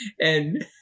and-